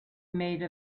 made